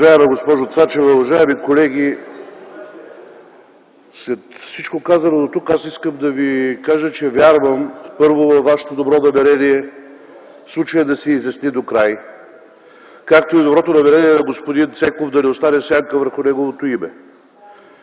Уважаема госпожо Цачева, уважаеми колеги! След всичко казано дотук, аз искам да Ви кажа, че вярвам, първо, във Вашето добро намерение случаят да се изясни докрай, както и в доброто намерение на господин Цеков - да не остане сянка върху неговото име.